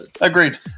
Agreed